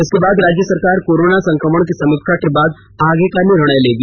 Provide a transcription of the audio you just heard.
इसके बाद राज्य सरकार कोरोना संक्रमण की समीक्षा के बाद आगे का निर्णय लेगी